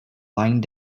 lying